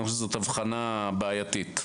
זו הבחנה בעייתית.